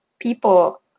people